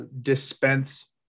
dispense